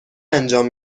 انجام